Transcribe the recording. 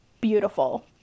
beautiful